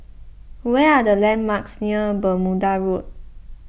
where are the landmarks near Bermuda Road